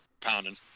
pounding